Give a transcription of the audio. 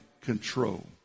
control